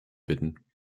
bitten